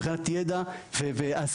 מבחינת ידע והשכלה,